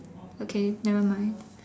okay nevermind